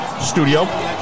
studio